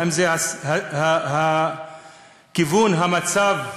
האם זה כיוון המצב,